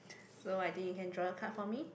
so I think you can draw a card for me